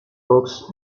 fox